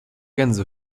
gänse